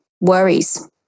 worries